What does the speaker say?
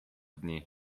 dni